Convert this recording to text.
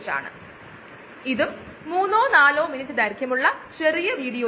നമ്മൾ ആദ്യം കാണാൻ പോകുന്നത്തിനെ സ്റ്റിർഡ് ടാങ്ക് ബയോറിയാക്ടർ എന്ന് വിളിക്കുന്നു